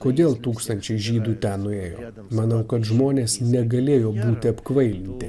kodėl tūkstančiai žydų ten nuėjo manau kad žmonės negalėjo būti apkvailinti